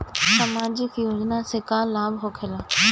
समाजिक योजना से का लाभ होखेला?